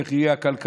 איך תהיה הכלכלה,